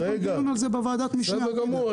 בוועדת משנה --- בסדר גמור,